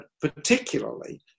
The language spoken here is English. particularly